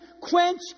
Quench